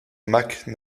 mac